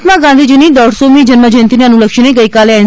મહાત્મા ગાંધીની દોઢસોમી જન્મજયંતિને અનુલક્ષીને ગઇકાલે એન